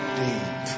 deep